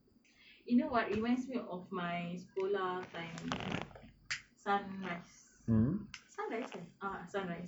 you know what reminds me of my sekolah time sunrise sunrise sunrise kan a'ah sunrise